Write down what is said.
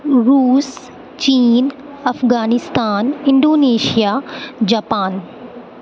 روس چین Afghanistan Indonesia Japan